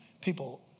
people